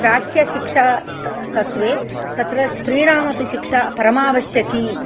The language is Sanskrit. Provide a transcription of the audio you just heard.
प्राच्यशिक्षात तत्वे तत्र स्त्रीणामपि शिक्षा परमावश्यकी